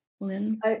Lynn